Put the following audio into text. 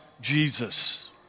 Jesus